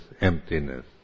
emptiness